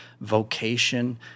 vocation